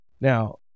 now